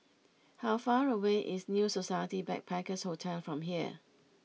how far away is New Society Backpackers' Hotel from here